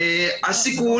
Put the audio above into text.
הסיכון,